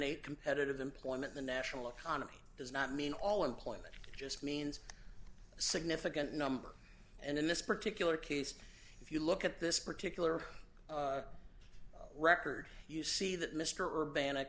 a competitive employment the national economy does not mean all employment just means a significant number and in this particular case if you look at this particular record you see that mr or bana